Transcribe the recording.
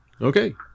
Okay